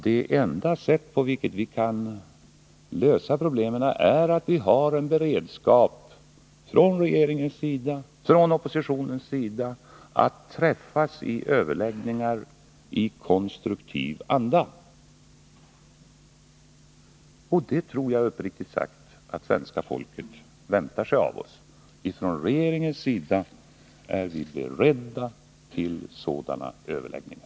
Det enda sätt på vilket vi kan lösa problemen är att från både regeringens och oppositionens sida ha en beredskap att träffas i överläggningar i konstruktiv anda. Jag tror uppriktigt sagt att svenska folket väntar sig det av oss. Från regeringens sida är vi beredda till sådana överläggningar.